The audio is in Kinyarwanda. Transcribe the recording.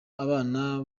abana